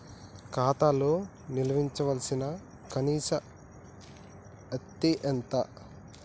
ఖాతా లో నిల్వుంచవలసిన కనీస అత్తే ఎంత?